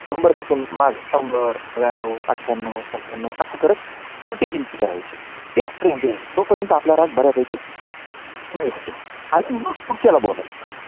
शंभरपासून मागे शंभर नव्याण्णव अठ्याण्णव सत्याण्णव असं करत उलटी गिनती करायचे एकपर्यंत याय तोपर्यंत आपला राग बऱ्यापैकी कमी होतो आणि मग पुढच्याला बोलायचं